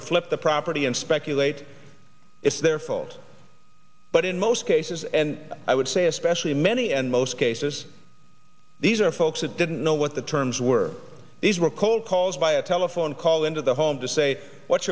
to flip the property and speculate it's their fault but in most cases and i would say especially many and most cases these are folks that didn't know what the terms were these were cold calls by a telephone call into the home to say what's